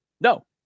No